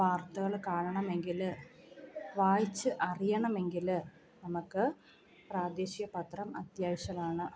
വാർത്തകൾ കാണണമെങ്കിൽ വായിച്ച് അറിയണമെങ്കിൽ നമുക്ക് പ്രാദേശിക പത്രം അത്യാവശ്യമാണ്